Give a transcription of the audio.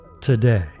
today